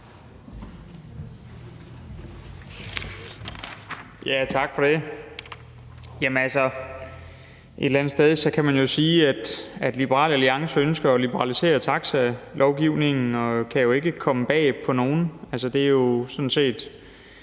Tak for det.